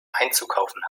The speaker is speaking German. einzukaufen